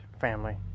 family